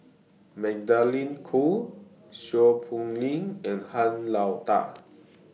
Magdalene Khoo Seow Poh Leng and Han Lao DA